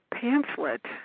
pamphlet